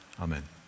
Amen